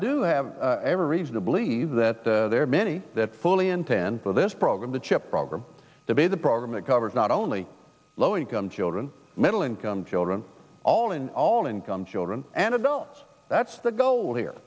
do have every reason to believe that there are many that fully intend for this program to chip program to be the program that covers not only low income children middle income children all in all income children and adults that's the goal here